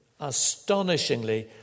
astonishingly